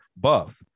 buff